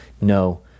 No